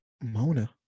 Mona